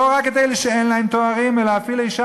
לא רק את אלה שאין להם תארים אלא אפילו אישה